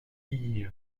guye